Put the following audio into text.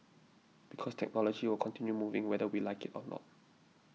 because technology will continue moving whether we like it or not